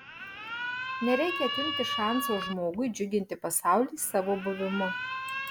nereikia atimti šanso žmogui džiuginti pasaulį savo buvimu